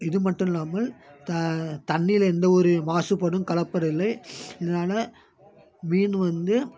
இது மட்டும் இல்லாமல் த தண்ணியில் எந்த ஒரு மாசுபாடும் கலப்பதில்லை இதனால மீன் வந்து